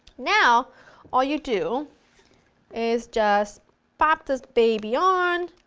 now all you do is just plop this baby on,